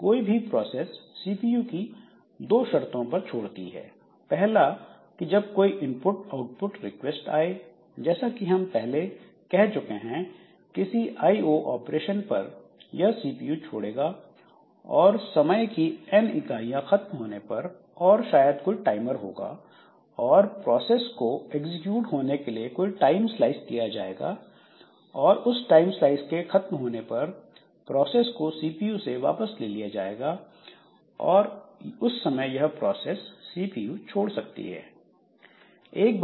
कोई भी process CPU दो शर्तों पर छोड़ती है पहला कि जब कोई इनपुट आउटपुट रिक्वेस्ट आए जैसा कि हम पहले कह चुके हैं किसी आईओ ऑपरेशन पर यह सीपीयू छोड़ेगा और समय की N इकाइयां खत्म होने पर और शायद कोई टाइमर होगा और प्रोसेस को एग्जीक्यूट होने के लिए कोई टाइम स्लाइस दिया जाएगा और उस टाइम स्लाइस के खत्म होने पर प्रोसेस को सीपीयू से वापस ले लिया जाएगा और उस समय यह प्रोसेस सीपीयू छोड़ सकती है